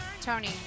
Tony